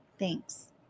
thanks